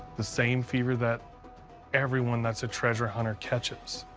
the same fever that everyone that's a treasure hunter catches.